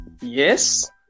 Yes